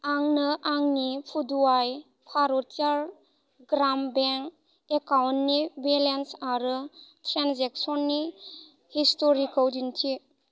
आंनो आंनि पुदुवाइ भारतियार ग्राम बेंक एकाउन्टनि बेलेन्स आरो ट्रेनजेक्सननि हिस्ट'रिखौ दिन्थि